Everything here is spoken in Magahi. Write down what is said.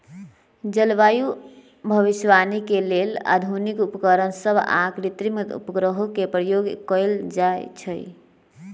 जलवायु भविष्यवाणी के लेल आधुनिक उपकरण सभ आऽ कृत्रिम उपग्रहों के प्रयोग कएल जाइ छइ